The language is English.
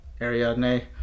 Ariadne